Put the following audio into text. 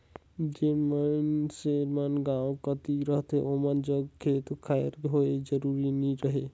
जेन मइनसे मन गाँव कती रहथें ओमन जग खेत खाएर होए जरूरी नी रहें